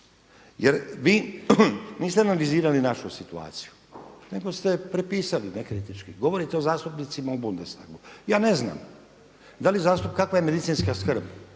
jer vi niste analizirali našu situaciju nego ste prepisali ne kritički. Govorite o zastupnicima u Bundestagu, ja ne znam kakav je medicinska skrb